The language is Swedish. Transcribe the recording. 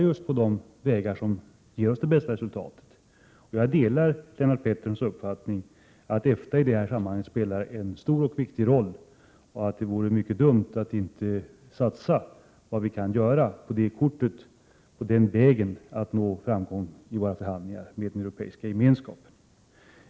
Jag delar Lennart Petterssons uppfattning att EFTA i detta sammanhang spelar en stor och viktig roll och att det vore mycket dumt att inte satsa på det kortet för att nå framgång i våra förhandlingar med den Europeiska gemenskapen.